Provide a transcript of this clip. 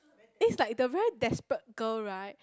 this is like the very desperate girl right